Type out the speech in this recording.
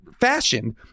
fashioned